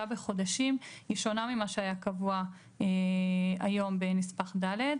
בחודשים שונה ממה שהיה קבוע עד היום בנספח ד'.